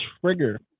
trigger